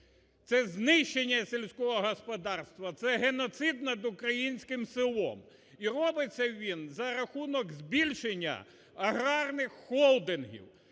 Це знищення сільського господарства – це геноцид над українським селом. І робить це він за рахунок збільшення аграрних холдингів.